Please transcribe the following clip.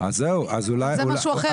זה משהו אחר.